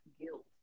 guilt